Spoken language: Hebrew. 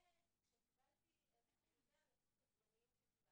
הבנת שתהיה לנו אינטראקציה עם קרדיולוג ילדים?